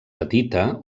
petita